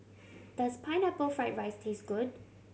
does Pineapple Fried rice taste good